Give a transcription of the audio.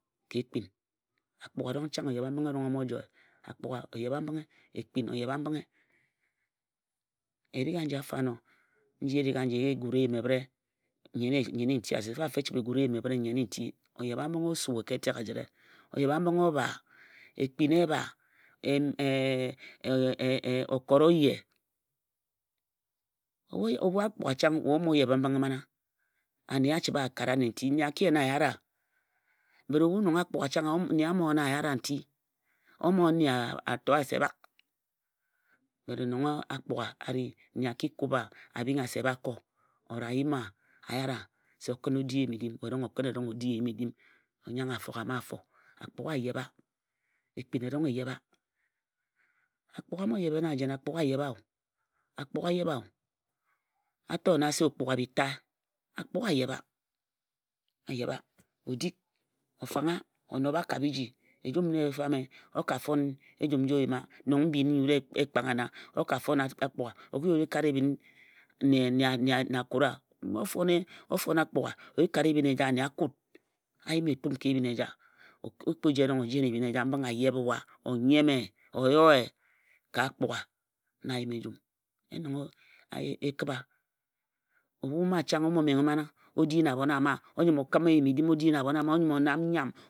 akpugha erong chang o yebha mbinghe o bho joe. akpugha o yebha-mbinghe ekpin o yebha-mbinghe. erie anji afo ano nji erik anji e ri e gura eyim ebhere ebhəre nnyen-i nti asik mfa mfa e chəbhe e gura eyim ebhəre ka nnyen-i-nti. oyebha-mbinghe o sue etek. oyebha- mbinghe o bha. ekpin ebha o kot o ye. ebhen akpugha chang we mo yebhe. mbinghe mana. ane a chəbhe a karo ane nti. nne a ki yen wa a yare wa nti bot nong akpugha chang nne a bho yare wa nti. nne abho yen wa a bhing wa se bak. ken nong apugha a ri nne a ki kub wa a bhing wa se ba ko nti. a yim wa se o di eyim-edim we erong o kəm o di eyim-edim o nyanghe afoghe a ma afo. akpugha a yebha. ekpin erong e yebha. akpugha a mo yebhe na jen?akpugha a yebha. e dik e fangha ka biji. ejum na e fame o ka fon nji o yima nong mbin nyi e yima na o ka fon akpugha o ki ji o ji kare ebhin nne a kut a?o fon akpugha o ki kare ebhin eja ane a kut. a yim etum ka ebhin eja. o ji o ji yen ebhin eja o nyeme. o yoe ka akpugha na a yima ejum. yen nong e ki bhi abhu mma chang omo menghe mang o di na abhon ama, o nyəm o kəm eyim o di na abhon ama. o nyəm o nam nnyam.